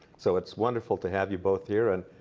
so it's wonderful to have you both here. and